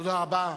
תודה רבה.